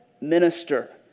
minister